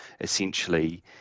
essentially